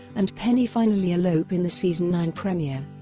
and penny finally elope in the season nine premiere.